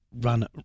Run